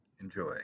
Enjoy